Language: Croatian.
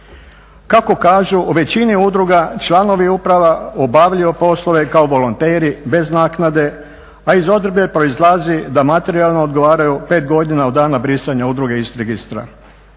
Kako kažu većine udruga članovi uprava obavljaju poslove kao volonteri bez naknade, a iz odredbe proizlazi da materijalno odgovaraju pet godina od dana brisanja udruge iz registra.